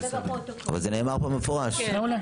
אבל כרגע